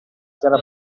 chiara